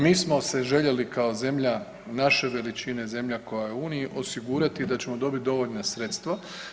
Mi smo se željeli kao zemlja naše veličine, zemlja koja je u Uniji osigurati da ćemo dobiti dovoljna sredstva.